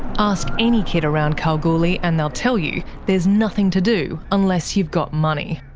ask any kid around kalgoorlie and they'll tell you there's nothing to do unless you've got money.